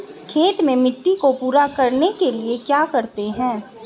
खेत में मिट्टी को पूरा करने के लिए क्या करते हैं?